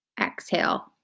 exhale